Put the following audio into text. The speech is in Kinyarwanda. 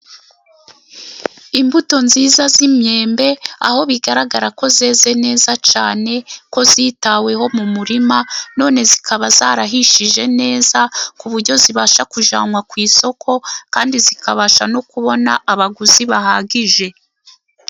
Imbuto nziza z'imyembe aho bigaragara ko zeze neza cyane, kuko zitaweho mu murima none zikaba zarahishije neza, ku buryo zibasha kujyanwa ku isoko kandi zikabasha no kubona abaguzi bahagije.